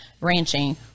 ranching